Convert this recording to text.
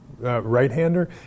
Right-hander